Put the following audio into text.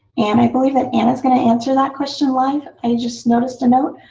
and i believe that anna's going to answer that question live. i just noticed a note.